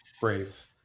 Braves